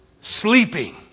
sleeping